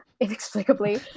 inexplicably